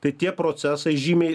tai tie procesai žymiai